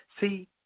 See